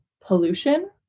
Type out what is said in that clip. pollution